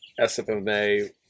SFMA